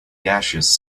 gaseous